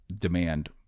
demand